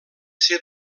ser